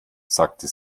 sagte